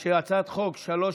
אני קובע שהצעת החוק 3275/24